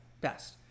best